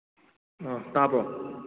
ꯑꯥ ꯇꯥꯕ꯭ꯔꯣ